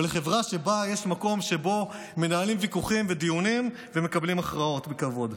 או חברה שבה יש מקום שבו מנהלים ויכוחים ודיונים ומקבלים הכרעות בכבוד?